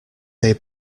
they